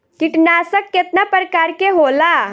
कीटनाशक केतना प्रकार के होला?